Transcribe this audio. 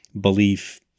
belief